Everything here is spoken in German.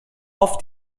auf